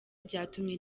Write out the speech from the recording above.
byatumye